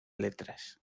letras